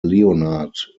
leonard